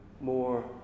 more